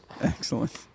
Excellent